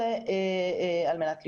זאת על מנת לפתוח.